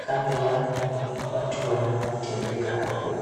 Kando yao ni watu wanaotembea hapo.